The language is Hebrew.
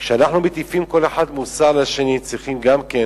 כשאנחנו, כל אחד, מטיפים מוסר לשני, צריכים גם כן